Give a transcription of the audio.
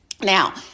Now